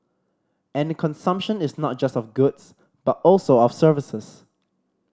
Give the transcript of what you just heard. and consumption is not just of goods but also of services